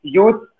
Youth